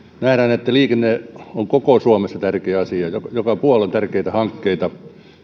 nähdään että liikenne on koko suomessa tärkeä asia joka puolella on tärkeitä hankkeita